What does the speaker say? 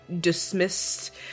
dismissed